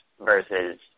versus